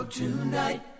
Tonight